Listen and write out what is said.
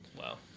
Wow